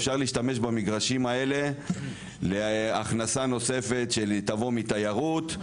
אפשר להשתמש במגרשים האלה להכנסה נוספת שתבוא מתיירות,